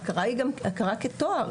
ההכרה היא גם הכרה כתואר.